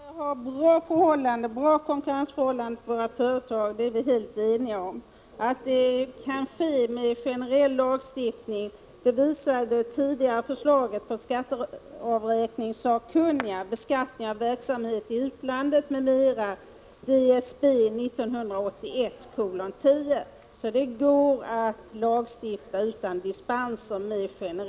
Fru talman! Att vi skall ha bra konkurrensförhållanden för våra företag är vi helt ense om. Detta kan åstadkommas genom generell lagstiftning — det visar det tidigare förslaget från skatteavräkningssakkunniga, Beskattning av verksamhet i utlandet m.m. . Det går alltså att lagstifta med generella regler, utan att införa dispenser.